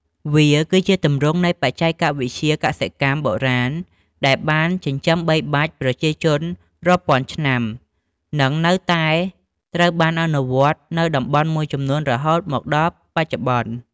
វាគឺជាទម្រង់នៃបច្ចេកវិទ្យាកសិកម្មបុរាណដែលបានចិញ្ចឹមបីបាច់ប្រជាជនរាប់ពាន់ឆ្នាំ និងនៅតែត្រូវបានអនុវត្តនៅតំបន់មួយចំនួនរហូតមកដល់បច្ចុប្បន្ន។